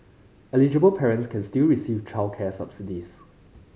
eligible parents can still receive childcare subsidies